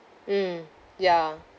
mm ya